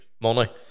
money